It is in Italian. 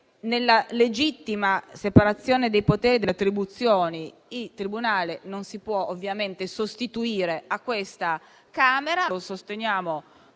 Nella legittima separazione dei poteri e delle attribuzioni, il tribunale non si può sostituire a questa Camera.